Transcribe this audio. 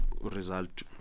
result